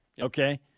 Okay